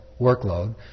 workload